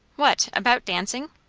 what! about dancing?